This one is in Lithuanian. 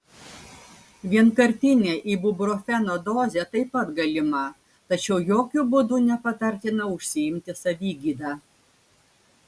vienkartinė ibuprofeno dozė taip pat galima tačiau jokiu būdu nepatartina užsiimti savigyda